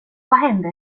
hände